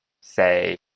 Say